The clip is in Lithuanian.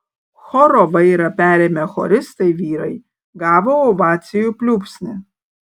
choro vairą perėmę choristai vyrai gavo ovacijų pliūpsnį